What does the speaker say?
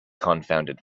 confounded